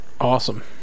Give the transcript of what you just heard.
Awesome